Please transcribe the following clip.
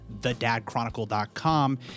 thedadchronicle.com